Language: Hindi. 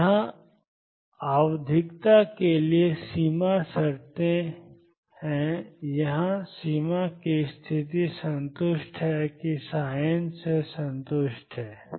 तो यहाँ आवधिकता के लिए सीमा शर्तें हैं यहाँ सीमा की स्थिति संतुष्ट है कि n से संतुष्ट है